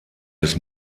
des